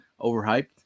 overhyped